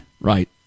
Right